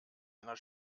einer